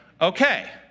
Okay